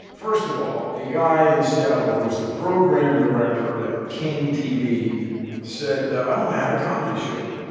first of all, a guy in seattle who is the program director at king-tv said, i want to have a comedy show.